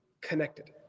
connected